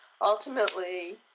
Ultimately